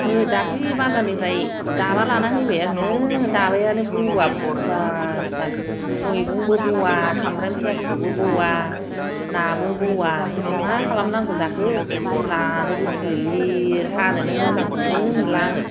नै दाखोलि बाजारनिफ्राय दाबा लानानै फैबाय आङो दाबायानो बौआ बुथुवाथार मैगंबो बौआ सामब्राम फियाजखौबो बौआ नाबो बौआ मा खालामनांगौ जाखो लानोबो गिलिर लिर हानोनो मोजांखौनो मोनला आङो